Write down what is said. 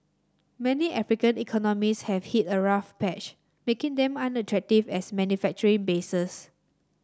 many African economies have hit a rough patch making them unattractive as manufacturing bases